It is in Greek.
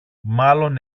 μάλλον